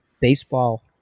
baseball